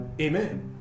Amen